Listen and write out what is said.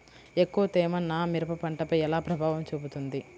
ఎక్కువ తేమ నా మిరప పంటపై ఎలా ప్రభావం చూపుతుంది?